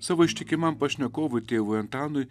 savo ištikimam pašnekovui tėvui antanui